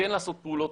כן לעשות פעולות